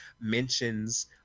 mentions